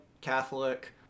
Catholic